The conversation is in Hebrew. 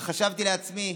וחשבתי לעצמי,